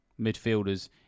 midfielders